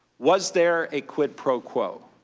was there a quid pro quo.